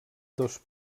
dos